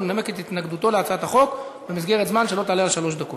ולנמק את התנגדותו להצעת החוק במסגרת זמן שלא תעלה על שלוש דקות.